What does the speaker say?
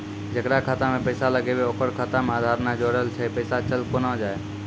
जेकरा खाता मैं पैसा लगेबे ओकर खाता मे आधार ने जोड़लऽ छै पैसा चल कोना जाए?